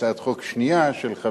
אורי